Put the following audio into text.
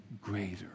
greater